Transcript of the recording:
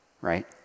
right